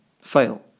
fail